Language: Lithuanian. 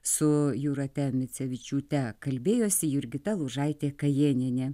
su jūrate micevičiūte kalbėjosi jurgita lūžaitė kajėnienė